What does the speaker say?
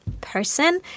person